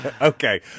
Okay